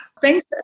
thanks